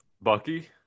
Bucky